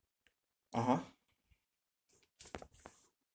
(uh huh)